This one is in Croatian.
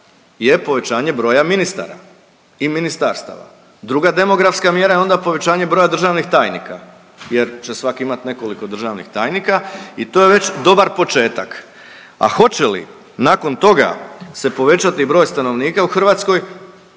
je povećanje broja ministara i ministarstva, druga demografska mjera je onda povećanje broja državnih tajnika jer će svaki imat nekoliko državnih tajnika i to je već dobar početak, a hoće li nakon toga se povećati broj stanovnika u Hrvatskoj?